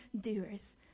doers